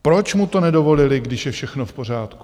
Proč mu to nedovolili, když je všechno v pořádku?